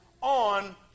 on